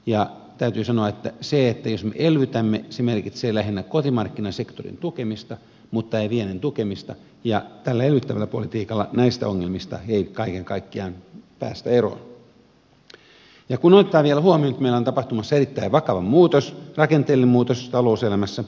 ja täytyy sanoa että jos me elvytämme se merkitsee lähinnä kotimarkkinasektorin tukemista mutta ei viennin tukemista ja tällä elvyttävällä politiikalla näistä ongelmista ei kaiken kaikkiaan päästä eroon kun otetaan vielä huomioon että meillä on tapahtumassa erittäin vakava muutos rakenteellinen muutos talouselämässä